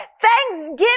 Thanksgiving